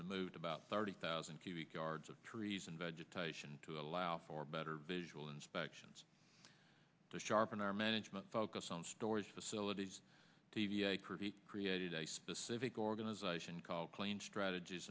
removed about thirty thousand cubic yards of trees and vegetation to allow for better visual inspections to sharpen our management focus on storage facilities dva created a specific organization called clean strategies